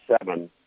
seven